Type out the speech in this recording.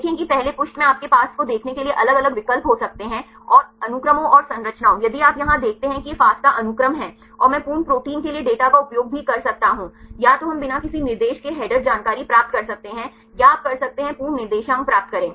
देखें कि पहले पृष्ठ में आपके पास को देखने के लिए अलग अलग विकल्प हो सकते हैं अनुक्रमों और संरचनाओं यदि आप यहां देखते हैं कि यह FASTA अनुक्रम है और मैं पूर्ण प्रोटीन के लिए डेटा का उपयोग भी कर सकता हूं या तो हम बिना किसी निर्देश के हेडर जानकारी प्राप्त कर सकते हैं या आप कर सकते हैं पूर्ण निर्देशांक प्राप्त करें